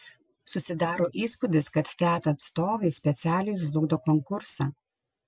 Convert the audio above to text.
susidaro įspūdis kad fiat atstovai specialiai žlugdo konkursą